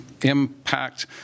impact